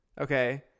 okay